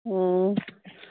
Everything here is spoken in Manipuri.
ꯑꯥ